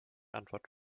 antwort